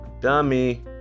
dummy